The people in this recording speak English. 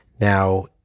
Now